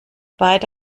beide